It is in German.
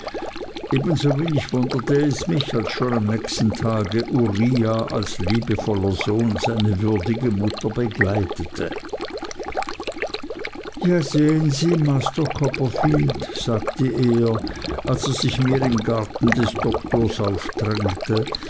ebensowenig wunderte es mich als schon am nächsten tage uriah als liebevoller sohn seine würdige mutter begleitete ja sehen sie master copperfield sagte er als er sich mir im garten des doktors aufdrängte